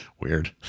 weird